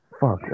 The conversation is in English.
fuck